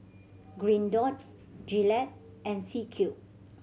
Green Dot Gillette and C Cube